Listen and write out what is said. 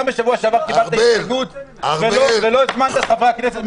גם בשבוע שעבר שלחתי הסתייגות ולא הזמנת את חברי הכנסת,